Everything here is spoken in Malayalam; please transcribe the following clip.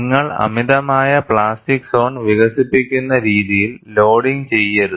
നിങ്ങൾ അമിതമായ പ്ലാസ്റ്റിക് സോൺ വികസിപ്പിക്കുന്ന രീതിയിൽ ലോഡിംഗ് ചെയ്യരുത്